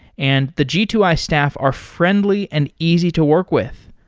and the g two i staff are friendly and easy to work with.